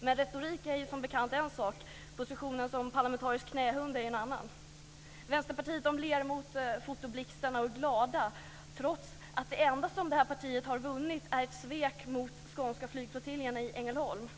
Men retorik är en sak, positionen som parlamentarisk knähund en annan. Vänsterpartiet ler mot fotoblixtarna och är glada, trots att det enda som partiet har vunnit är ett svek mot Skånska flygflottiljen i Ängelholm.